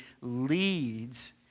leads